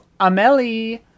Ameli